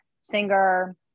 singer